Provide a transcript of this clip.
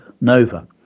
nova